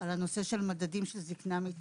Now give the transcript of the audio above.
על הנושא של הזדקנות מיטבית.